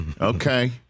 Okay